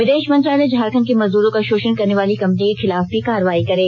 विदेश मंत्रालय झारखण्ड के मजदूरो का शोषण करने वाली कंपनी के खिलाफ भी कार्रवाई करे